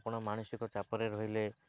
ଆପଣ ମାନସିକ ଚାପରେ ରହିଲେ